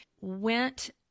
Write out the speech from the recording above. went